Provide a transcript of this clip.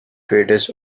traders